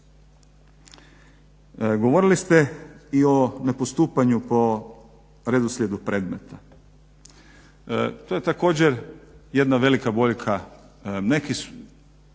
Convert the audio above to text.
Govorili ste i o ne postupanju po redoslijedu predmeta. To je također jedna velika boljka. Neki